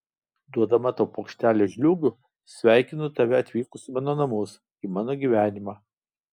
duodama tau puokštelę žliūgių sveikinu tave atvykus į mano namus į mano gyvenimą